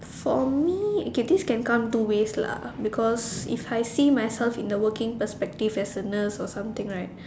for me okay this can come two ways lah because if I see myself in the working perspective as a nurse or something right